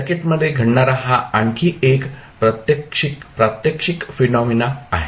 सर्किटमध्ये घडणारा हा आणखी एक प्रात्यक्षिक फेनॉमेना आहे